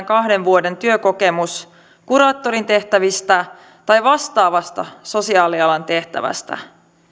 kahden vuoden työkokemus kuraattorin tehtävistä tai vastaavasta sosiaalialan tehtävästä